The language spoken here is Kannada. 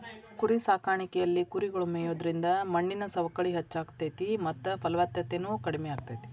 ಕುರಿಸಾಕಾಣಿಕೆಯಲ್ಲಿ ಕುರಿಗಳು ಮೇಯೋದ್ರಿಂದ ಮಣ್ಣಿನ ಸವಕಳಿ ಹೆಚ್ಚಾಗ್ತೇತಿ ಮತ್ತ ಫಲವತ್ತತೆನು ಕಡಿಮೆ ಆಗ್ತೇತಿ